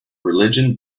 religion